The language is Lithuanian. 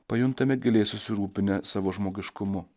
pajuntame giliai susirūpinę savo žmogiškumu